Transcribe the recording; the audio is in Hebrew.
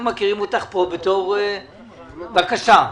בבקשה.